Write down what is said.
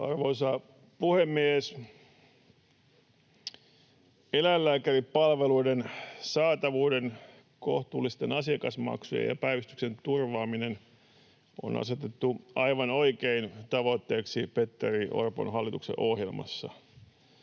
Arvoisa puhemies! Eläinlääkäripalveluiden saatavuuden, kohtuullisten asiakasmaksujen ja päivystyksen turvaaminen on asetettu aivan oikein tavoitteeksi Petteri Orpon hallituksen ohjelmassa.